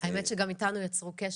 האמת שגם איתנו הם יצרו קשר,